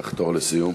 לחתור לסיום.